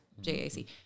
J-A-C